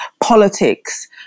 politics